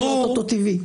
שמחה לראות אותו טבעי.